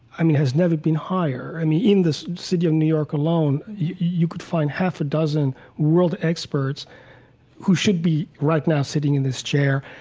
i mean, has never been higher. i mean, in the city of new york alone, you could find half a dozen world experts who should be right now sitting in this chair.